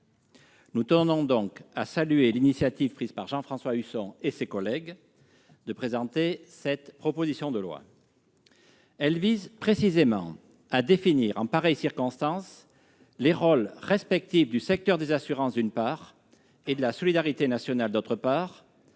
Nous tenons donc à saluer l'initiative prise par Jean-François Husson et ses collègues de présenter cette proposition de loi : elle vise à définir en pareille circonstance les rôles respectifs du secteur des assurances, d'une part, et de la solidarité nationale, d'autre part,